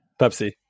Pepsi